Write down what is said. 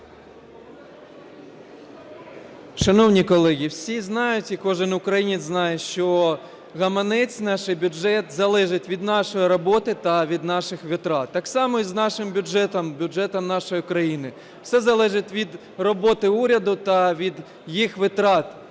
Шановні колеги, всі знають і кожен українець знає, що гаманець і наш бюджет залежать від нашої роботи та від наших витрат. Так само і з нашим бюджетом, бюджетом нашої країни – все залежить від роботи уряду та від їх витрат,